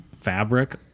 fabric